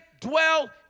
dwell